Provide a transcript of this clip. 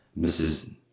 Mrs